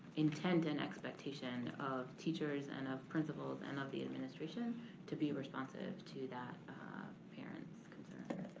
intent and expectation of teachers and of principals and of the administration to be responsive to that parent's concern.